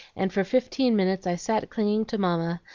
and for fifteen minutes i sat clinging to mamma,